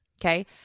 Okay